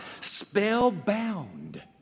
Spellbound